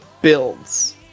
builds